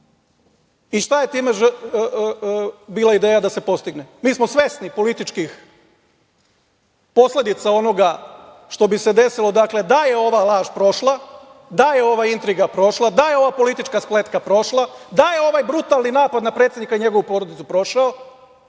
i šta je time bila ideja da se postigne? Mi smo svesni političkih posledica onoga što bi se desilo da je ova laž prošla, da je ova intriga prošla, da je ova politička spletka prošla, da je ovaj brutalni napad na predsednika i njegovu porodicu prošao,